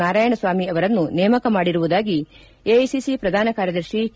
ನಾರಾಯಣಸ್ವಾಮಿ ಅವರನ್ನು ನೇಮಕ ಮಾಡಿರುವುದಾಗಿ ಎಐಸಿಸಿ ಪ್ರಧಾನ ಕಾರ್ಯದರ್ತಿ ಕೆ